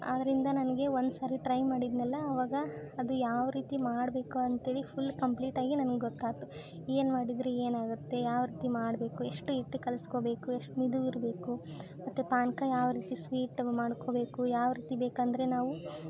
ಆದ್ದರಿಂದ ನನಗೆ ಒಂದು ಸಾರಿ ಟ್ರೈ ಮಾಡಿದೆನಲ್ಲ ಅವಾಗ ಅದು ಯಾವ ರೀತಿ ಮಾಡಬೇಕು ಅಂತೇಳಿ ಫುಲ್ ಕಂಪ್ಲೀಟಾಗಿ ನನ್ಗೆ ಗೊತ್ತಾಯ್ತು ಏನು ಮಾಡಿದರೆ ಏನು ಆಗುತ್ತೆ ಯಾವ ರೀತಿ ಮಾಡಬೇಕು ಎಷ್ಟು ಹಿಟ್ ಕಲಿಸ್ಕೊಬೇಕು ಎಷ್ಟು ಮಿದು ಇರಬೇಕು ಮತ್ತು ಪಾಕ ಯಾವ ರೀತಿ ಸ್ವೀಟ್ ಮಾಡ್ಕೊಬೇಕು ಯಾವ ರೀತಿ ಬೇಕಂದರೆ ನಾವು